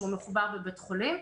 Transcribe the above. שהוא מחובר בבית חולים.